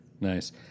Nice